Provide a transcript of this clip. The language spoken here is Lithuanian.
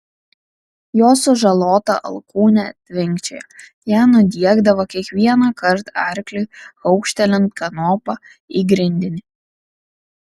jo sužalota alkūnė tvinkčiojo ją nudiegdavo kiekvienąkart arkliui kaukštelint kanopa į grindinį